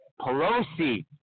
Pelosi